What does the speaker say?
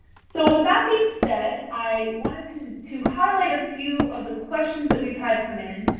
so with that being said, i wanted to to highlight a few of the questions that we've had come in.